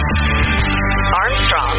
Armstrong